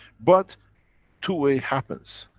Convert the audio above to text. but two way happens.